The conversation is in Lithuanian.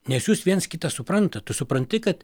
nes jūs viens kitą suprantat tu supranti kad